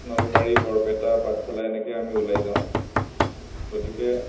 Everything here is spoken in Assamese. নলবাৰী বৰপেটা পাঠশালা এনেকৈ আমি উলাই যাওঁ গতিকে